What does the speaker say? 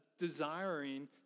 desiring